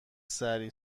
سریع